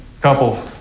couple